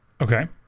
Okay